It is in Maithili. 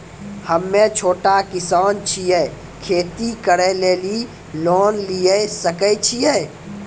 हम्मे छोटा किसान छियै, खेती करे लेली लोन लिये सकय छियै?